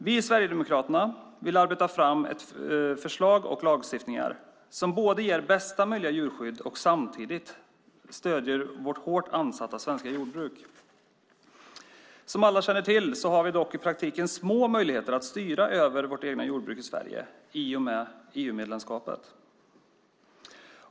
Vi i Sverigedemokraterna vill arbeta fram ett förslag till lagstiftning som ger bästa möjliga djurskydd och samtidigt stöder vårt hårt ansatta svenska jordbruk. Som alla känner till har vi dock i praktiken små möjligheter att styra över vårt eget jordbruk i Sverige i och med EU-medlemskapet.